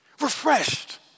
Refreshed